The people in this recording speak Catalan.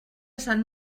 sant